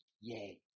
yay